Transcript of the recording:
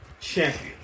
champion